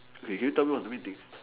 okay can you tell me what is the main thing